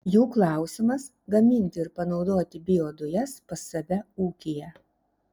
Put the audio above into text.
jų klausimas gaminti ir panaudoti biodujas pas save ūkyje